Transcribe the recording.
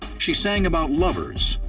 she sang about lovers,